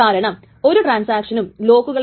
കാരണം ഇത് ഇപ്പോൾ വായിക്കുവാൻ പോകുകയാണ്